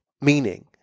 meaning